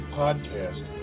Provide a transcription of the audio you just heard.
podcast